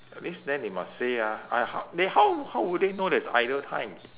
at least then they must say ah I h~ they how how would they know there's either time